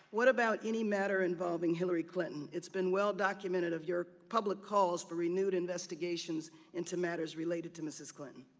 what about any matter involving hillary clinton? it's been well-documented of your public calls for renewed investigation into matters related to mrs. clinton.